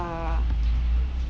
err